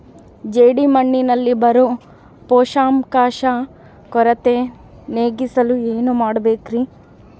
ಜೇಡಿಮಣ್ಣಿನಲ್ಲಿ ಬರೋ ಪೋಷಕಾಂಶ ಕೊರತೆ ನೇಗಿಸಲು ಏನು ಮಾಡಬೇಕರಿ?